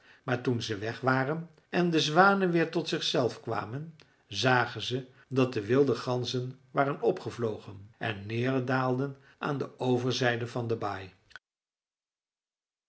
maar toen ze weg waren en de zwanen weer tot zich zelf kwamen zagen ze dat de wilde ganzen waren opgevlogen en neerdaalden aan de overzijde van de baai